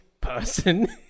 person